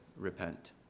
repent